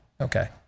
Okay